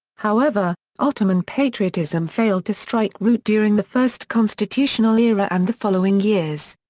however, ottoman patriotism failed to strike root during the first constitutional era and the following years.